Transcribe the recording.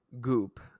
Goop